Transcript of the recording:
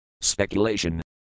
speculation